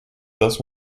thus